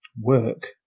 work